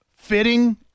fitting